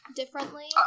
differently